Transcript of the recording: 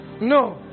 No